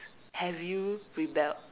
have you rebelled